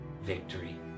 victory